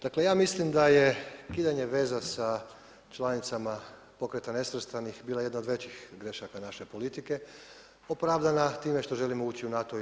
Dakle ja mislim da je kidanje veza sa članicama Pokreta nesvrstanih bila jedna od većih grešaka naše politike opravdana time što želimo ući u NATO i EU.